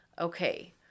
okay